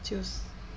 就是